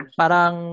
parang